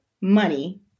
money